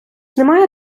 немає